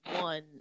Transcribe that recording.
one